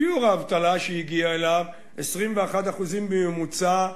שיעור האבטלה שהיא הגיעה אליו, 21% בממוצע,